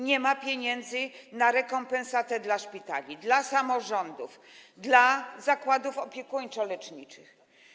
Nie ma pieniędzy na rekompensatę dla szpitali, dla samorządów, dla zakładów opiekuńczo-leczniczych.